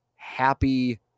Happy